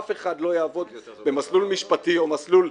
אף אחד לא יעבוד במסלול משפטי או מסלול